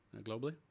globally